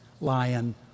lion